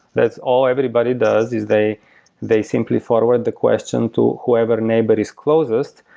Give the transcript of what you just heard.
that's all everybody does, is they they simply forward the question to whoever neighbor is closest.